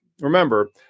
Remember